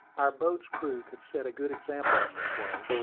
our boat's crew could set a good example in this way,